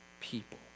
people